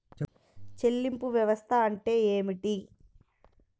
చెల్లింపు వ్యవస్థ అంటే ఏమిటి?